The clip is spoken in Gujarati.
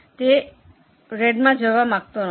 તે રેડમાં જવા માંગતો નથી